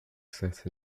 set